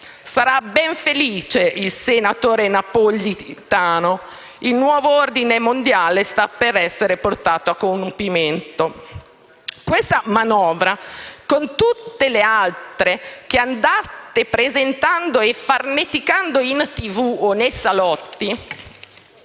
Sarà ben felice il senatore Napolitano: il nuovo ordine mondiale sta per essere portato a compimento. Questa manovra, con tutte le altre che andate presentando e farneticando in TV o nei salotti